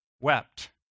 wept